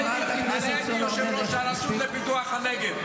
אני הייתי יושב-ראש הרשות לפיתוח הנגב.